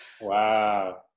Wow